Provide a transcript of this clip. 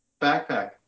backpack